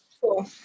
Cool